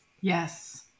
Yes